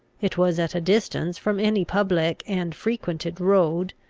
it was at a distance from any public and frequented road,